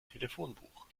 telefonbuch